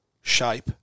shape